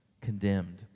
condemned